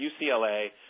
UCLA